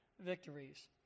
victories